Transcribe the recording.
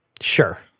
Sure